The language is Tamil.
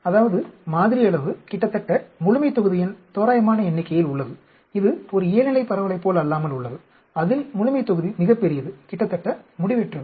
அதாவது மாதிரி அளவு கிட்டத்தட்ட முழுமைத்தொகுதியின் தோராயமான எண்ணிக்கையில் உள்ளது இது ஒரு இயல்நிலை பரவலைப் போலல்லாமல் உள்ளது அதில் முழுமைத்தொகுதி மிகப் பெரியது கிட்டத்தட்ட முடிவற்றது